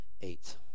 eight